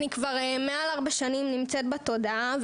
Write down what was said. אני כבר מעל ארבע שנים נמצאת בתודעה,